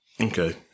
Okay